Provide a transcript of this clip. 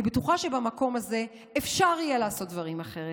אני בטוחה שבמקום הזה אפשר יהיה לעשות דברים אחרת.